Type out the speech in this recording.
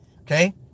okay